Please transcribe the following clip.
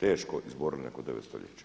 teško izborili nakon 9 stoljeća.